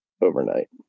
overnight